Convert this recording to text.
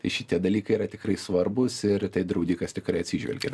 tai šitie dalykai yra tikrai svarbūs ir į tai draudikas tikrai atsižvelgia